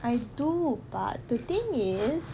I do but the thing is